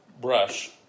brush